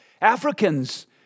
africans